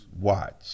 watch